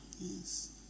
yes